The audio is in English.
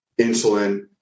insulin